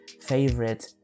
favorite